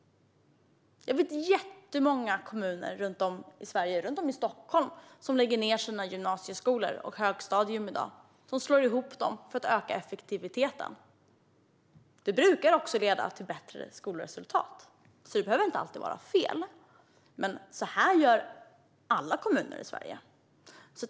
Jag vet jättemånga kommuner runt om i Sverige och i Stockholm som lägger ned sina gymnasieskolor och högstadier och slår ihop dem för att öka effektiviteten. Det brukar också leda till bättre skolresultat, så det behöver inte alltid vara fel. Men så gör alla kommuner i Sverige.